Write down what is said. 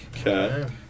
Okay